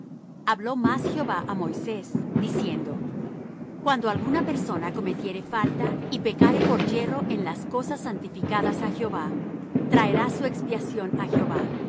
habló más jehová á moisés diciendo cuando alguna persona cometiere falta y pecare por yerro en las cosas santificadas á jehová traerá su expiación á jehová